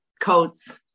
coats